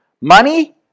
Money